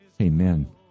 Amen